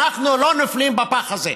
אנחנו לא נופלים בפח הזה.